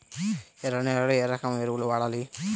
ఎర్ర నేలలో ఏ రకం ఎరువులు వాడాలి?